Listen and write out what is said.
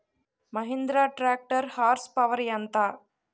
Mahindra tractor horse power ఎంత?